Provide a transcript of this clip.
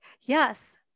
Yes